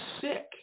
sick